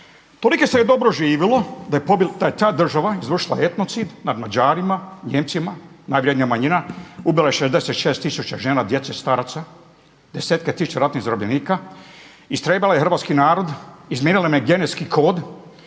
Toliko se je dobro živjelo da je ta država izvršila etnocid nad Mađarima, Nijemcima, najvrednija manjina ubila je 66000 žena, djece, staraca, desetke tisuća ratnih zarobljenika, istrijebila je hrvatski narod, izmijenila im je genetski kod.